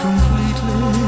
Completely